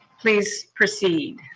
please proceed.